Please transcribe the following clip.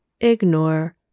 ignore